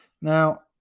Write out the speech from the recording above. Now